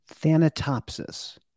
Thanatopsis